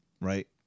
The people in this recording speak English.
right